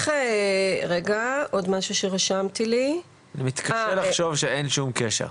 אני מתקשה לחשוב שאין שום קשר.